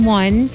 one